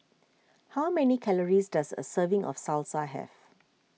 how many calories does a serving of Salsa have